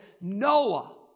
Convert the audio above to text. Noah